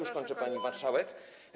Już kończę, pani marszałek.